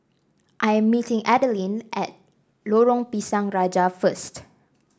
I am meeting Adalyn at Lorong Pisang Raja first